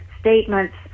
statements